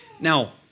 Now